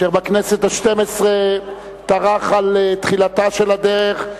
אשר בכנסת השתים-עשרה טרח על תחילתה של הדרך,